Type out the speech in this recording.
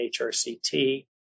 HRCT